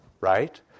right